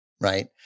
right